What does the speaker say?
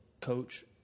coach